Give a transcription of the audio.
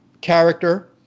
character